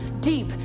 deep